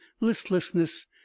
listlessness